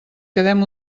quedem